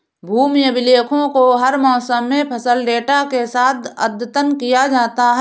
भूमि अभिलेखों को हर मौसम में फसल डेटा के साथ अद्यतन किया जाता है